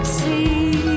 see